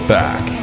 back